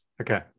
okay